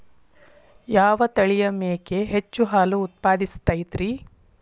ಯಾವ ತಳಿಯ ಮೇಕೆ ಹೆಚ್ಚು ಹಾಲು ಉತ್ಪಾದಿಸತೈತ್ರಿ?